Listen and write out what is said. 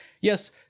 yes